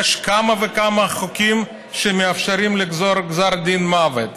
יש כמה וכמה חוקים שמאפשרים לגזור גזר דין מוות.